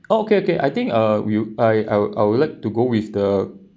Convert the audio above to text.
okay okay I think uh will uh I I would I would like to go with the